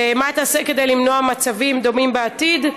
2. מה ייעשה כדי למנוע מצבים דומים בעתיד?